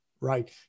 Right